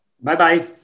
Bye-bye